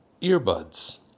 earbuds